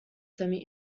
semi